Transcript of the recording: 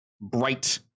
bright